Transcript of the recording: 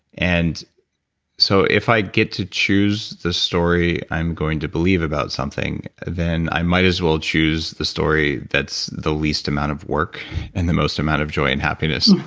and so if i get to choose the story i'm going to believe about something, then i might as well choose the story that's the least amount of work and the most amount of joy and happiness.